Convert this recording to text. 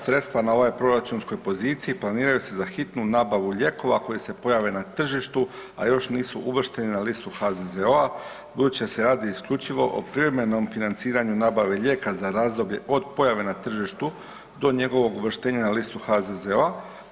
Sredstva na ovoj proračunskoj poziciji planiraju se za hitnu nabavu lijekova koji se pojave na tržištu, a još nisu uvršteni na listu HZZO-a budući da se radi isključivo o privremenom financiranju nabave lijeka za razdoblje od pojave na tržištu do njegovog uvrštenja na listu HZZO-a.